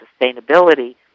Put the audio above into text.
sustainability